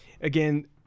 again